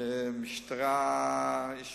ומשטרה, יש